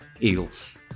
Eagles